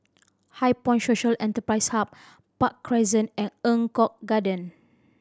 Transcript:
HighPoint Social Enterprise Hub Park Crescent and Eng Kong Garden